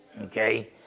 Okay